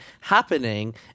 happening